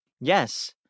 Yes